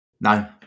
No